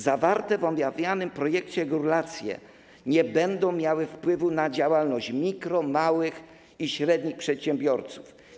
Zawarte w omawianym projekcie regulacje nie będą miały wpływu na działalność mikro-, małych i średnich przedsiębiorców.